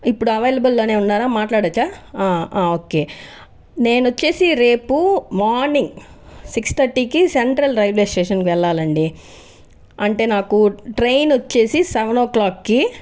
ఇప్పుడు అవైలబుల్లోనే ఉన్నారా మాట్లాడవచ్చా ఓకే నేను వచ్చేసి రేపు మార్నింగ్ సిక్స్ థర్టీకి సెంట్రల్ రైల్వే స్టేషన్కి వెళ్ళాలండి అంటే నాకు ట్రైన్ వచ్చేసి సెవెన్ ఓ క్లాక్కి